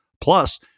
plus